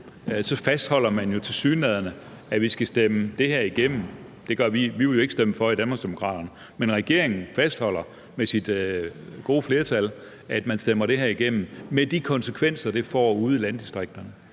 fastholder man tilsyneladende, at vi skal stemme det her igennem. Vi vil jo ikke stemme for i Danmarksdemokraterne, men regeringen fastholder med sit gode flertal, at man stemmer det her igennem med de konsekvenser, det får ude i landdistrikterne,